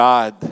God